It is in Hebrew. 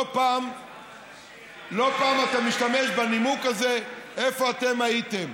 לא פעם אתה משתמש בנימוק הזה, "איפה אתם הייתם".